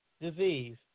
disease